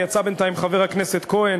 יצא בינתיים חבר הכנסת כהן,